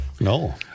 No